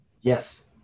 Yes